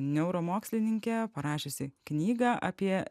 neuromokslininkė parašiusi knygą apie